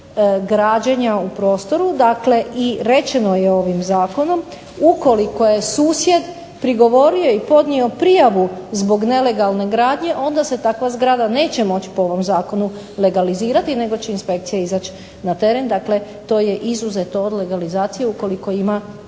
u prostoru dakle i rečeno je ovim zakonom ukoliko je susjed prigovorio i podnio prijavu zbog nelegalne gradnje onda se takva zgrada neće moći po ovom zakonu legalizirati nego će inspekcija izaći na teren. Dakle, to je izuzeto od legalizacije ukoliko ima